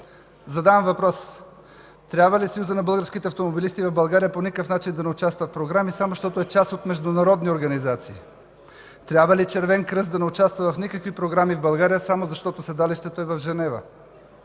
Задавам въпрос: трябва ли Съюзът на българските автомобилисти в България по никакъв начин да не участва в програми само защото е част от международни организации? Трябва ли Червеният кръст да не участва в никакви програми в България само защото седалището е в Женева?